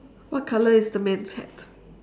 what colour is the man's hat